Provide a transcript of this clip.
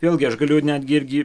vėlgi aš galiu netgi irgi